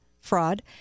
fraud